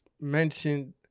mentioned